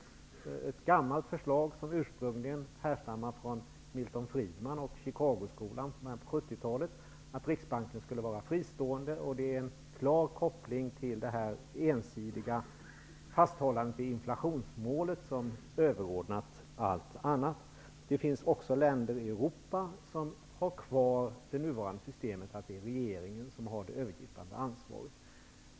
Det är ett gammalt förslag, som ursprungligen härstammar från Milton Friedman och Chicagoskolan på 70-talet, då riksbankerna skulle vara fristående. Det var en klar koppling till det ensidiga fasthållandet vid inflationsmålet som överordnat allt annat. Det finns också länder i Europa som har kvar det systemet, dvs. att det är regeringen som har det övergripande ansvaret.